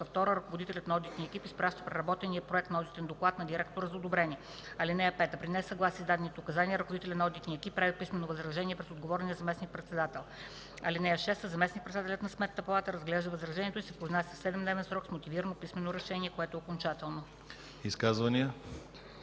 2 ръководителят на одитния екип изпраща преработения проект на одитен доклад на директора за одобрение. (5) При несъгласие с дадените указания ръководителят на одитния екип прави писмено възражение пред отговорния заместник-председател. (6) Заместник-председателят на Сметната палата разглежда възражението и се произнася в 7-дневен срок с мотивирано писмено решение, което е окончателно.”